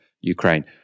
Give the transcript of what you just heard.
Ukraine